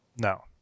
No